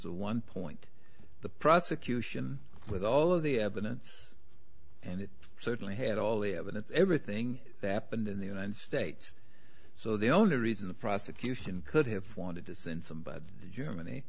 one point the prosecution with all of the evidence and it certainly had all the evidence everything that happened in the united states so the only reason the prosecution could have wanted to send some